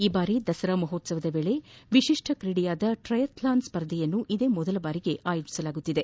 ಈ ಬಾರಿ ದಸರಾ ಮಹೋತ್ಸವದ ವೇಳೆ ವಿಶಿಷ್ಟ ಕ್ರೀಡೆಯಾದ ಟ್ರಯಥ್ಲಾನ್ ಸ್ಪರ್ಧೆಯನ್ನು ಇದೇ ಮೊದಲ ಬಾರಿಗೆ ಆಯೋಜಿಸಲಾಗಿದೆ